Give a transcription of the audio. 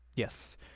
Yes